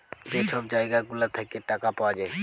যে ছব জায়গা গুলা থ্যাইকে টাকা পাউয়া যায়